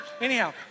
Anyhow